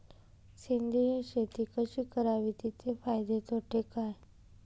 सेंद्रिय शेती कशी करावी? तिचे फायदे तोटे काय?